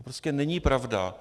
To prostě není pravda.